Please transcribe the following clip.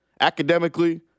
Academically